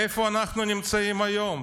איפה אנחנו נמצאים היום?